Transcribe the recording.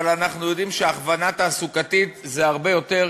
אבל אנחנו יודעים שהכוונה תעסוקתית זה הרבה יותר